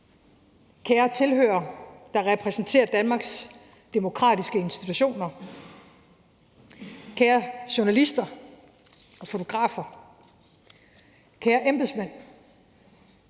kære tilhørere, der repræsenterer Danmarks demokratiske institutioner, kære journalister og fotografer, kære embedsmænd,